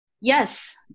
Yes